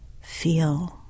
feel